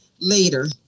later